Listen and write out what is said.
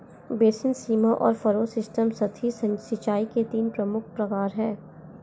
basin, सीमा और furrow system सतही सिंचाई के तीन प्रमुख प्रकार है